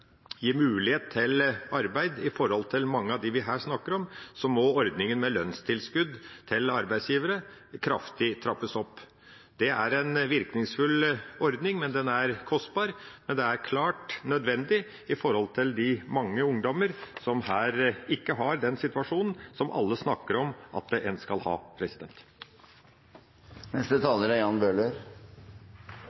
mulighet til arbeid til mange av dem vi her snakker om, må få ordningen med lønnstilskudd kraftig trappet opp. Det er en virkningsfull ordning, men den er kostbar. Men det er klart nødvendig for mange ungdommer som ikke er i den situasjonen alle snakker om at en skal være i. Jeg vil også takke Riksrevisjonen for å ta